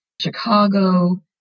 Chicago